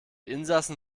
insassen